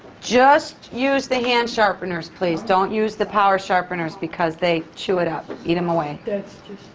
just use the hand sharpeners please. don't use the power sharpeners, because they chew it up, eat them away. that's just